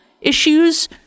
issues